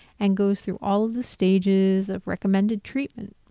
and goes through all of the stages of recommended treatment.